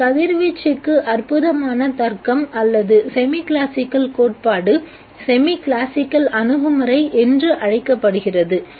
இது கதிர்வீச்சுக்கு அற்புதமான தர்க்கம் அல்லது செமி கிளாசிக்கல் கோட்பாடு செமி கிளாசிக்கல் அணுகுமுறை என்று அழைக்கப்படுகிறது